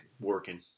working